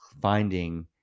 finding